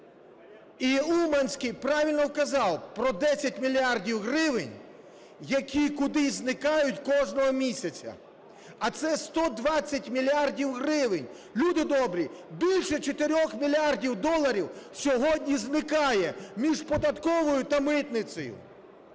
І Уманський правильно казав про 10 мільярдів гривень, які кудись зникають кожного місяця. А це 120 мільярдів гривень. Люди добрі, більше 4 мільярдів доларів сьогодні зникає між податковою та митницею.